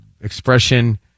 expression